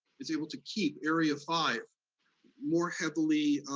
is able to keep area five more heavily,